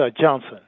Johnson